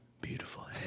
beautiful